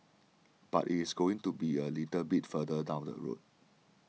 but it's going to be a little bit further down the road